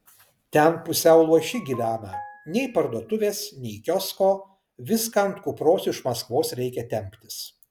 ten pusiau luoši gyvena nei parduotuvės nei kiosko viską ant kupros iš maskvos reikia temptis